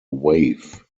wave